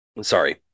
Sorry